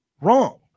wrong